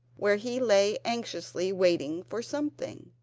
where he lay anxiously waiting for something,